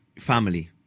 family